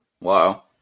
Wow